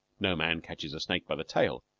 no man catches a snake by the tail,